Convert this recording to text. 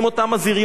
מזהירים אותם,